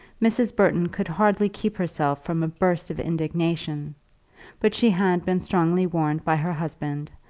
mrs. burton could hardly keep herself from a burst of indignation but she had been strongly warned by her husband,